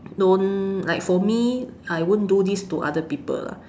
don't like for me I won't do this to other people lah